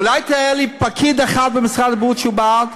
אולי תראה לי פקיד אחד במשרד הבריאות שהוא בעד?